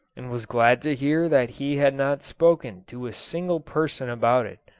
and was glad to hear that he had not spoken to a single person about it.